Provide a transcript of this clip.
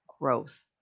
growth